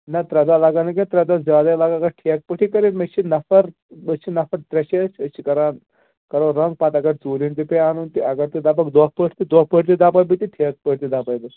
نہ ترٛےٚ دۄہ لگن نہٕ کیٚنٛہہ ترٛےٚ دۄہ زیادَے لگن اگر ٹھیکہٕ پٲٹھۍ کٔرِو مےٚ چھِ نفر أسۍ چھِ نفر ترٛےٚ چھِ أسۍ أسۍ چھِ کَران کرو رنٛگ پتہٕ اگر ژوٗرِم تہِ پے اَنُن تہِ اگر ژٕ دپکھ دۄہ پٲٹھۍ تہٕ دۄہ پٲٹھۍ تہِ دپَے بہٕ تہِ ٹھیکہٕ پٲٹھۍ تہِ دَپے بہٕ